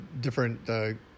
different